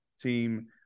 team